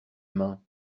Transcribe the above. mains